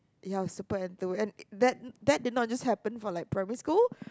ya super Enthu and that that did not just happen for like primary school